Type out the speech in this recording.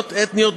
אתניות,